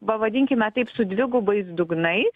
pavadinkime taip su dvigubais dugnais